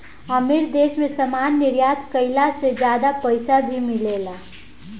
अमीर देश मे सामान निर्यात कईला से ज्यादा पईसा भी मिलेला